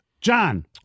John